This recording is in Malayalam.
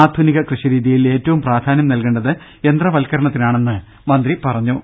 ആധുനിക കൃഷി രീതിയിൽ ഏറ്റവും പ്രാധാന്യം നൽകേണ്ടത് യന്ത്രവത്കരണത്തിനാ ണെന്ന് മന്ത്രി പറഞ്ഞു